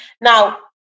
now